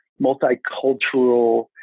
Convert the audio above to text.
multicultural